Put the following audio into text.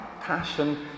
Passion